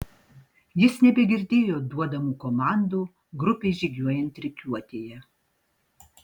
jis nebegirdėjo duodamų komandų grupei žygiuojant rikiuotėje